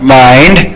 mind